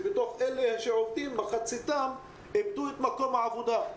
ומתוך אלה שעובדים מחציתם איבדו את מקום העבודה.